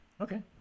Okay